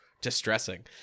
distressing